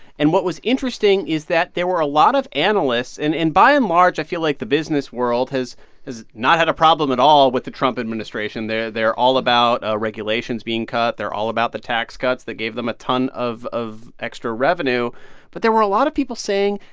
and what was interesting is that there were a lot of analysts and and, by and large, i feel like the business world has has not had a problem at all with the trump administration. they're they're all about regulations being cut. they're all about the tax cuts that gave them a ton of of extra revenue but there were a lot of people saying,